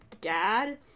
dad